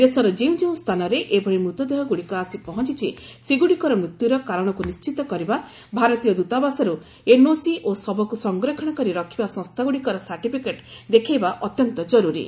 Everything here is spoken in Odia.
ଦେଶର ଯେଉଁ ଯେଉଁ ସ୍ଥାନରେ ଏଭଳି ମୃତଦେହଗୁଡ଼ିକ ଆସି ପହଞ୍ଚିଛି ସେଗୁଡ଼ିକର ମୃତ୍ୟୁର କାରଣକୁ ନିଣ୍ଚିତ କରିବା ଭାରତୀୟ ଦ୍ୱତାବାସରୁ ଏନ୍ଓସି ଓ ଶବକୁ ସଂରକ୍ଷଣ କରି ରଖିବା ସଂସ୍ଥା ଗୁଡ଼ିକର ସାର୍ଟିଫିକେଟ ଦେଖାଇବା ଅତ୍ୟନ୍ତ ଜରୁରୀ